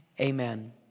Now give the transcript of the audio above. Amen